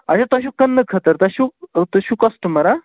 اچھا تۄہہِ چھُو کٕننہٕ خٲطرٕ تۄہہِ چھُو تُہۍ چھِو کَسٹٕمَر ہہ